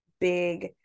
big